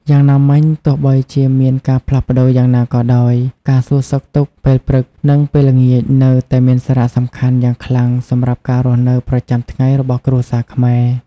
យ៉ាងណាមិញ ទោះបីជាមានការផ្លាស់ប្តូរយ៉ាងណាក៏ដោយ ការសួរសុខទុក្ខពេលព្រឹក និងពេលល្ងាចនៅតែមានសារៈសំខាន់យ៉ាងខ្លាំងសម្រាប់ការរស់នៅប្រចាំថ្ងៃរបស់គ្រួសារខ្មែរ។